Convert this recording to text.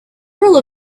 rule